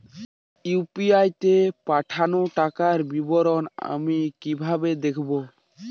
UPI তে পাঠানো টাকার বিবরণ আমি কিভাবে দেখবো?